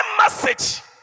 message